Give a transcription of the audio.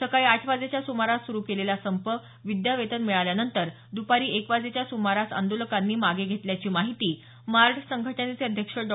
सकाळी आठ वाजेच्या सुमारास सुरू केलेला संप विद्या वेतन मिळाल्यानंतर दुपारी एक वाजेच्या सुमारास आंदोलकांनी मागं घेतल्याची माहिती मार्ड संघटनेचे अध्यक्ष डॉ